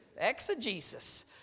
Exegesis